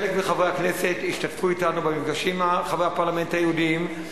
חלק מחברי הכנסת השתתפו אתנו במפגשים עם חברי הפרלמנט היהודים,